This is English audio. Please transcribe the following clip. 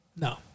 No